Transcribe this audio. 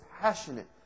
passionate